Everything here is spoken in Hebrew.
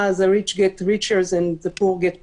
The rich get richer and the poor get prison,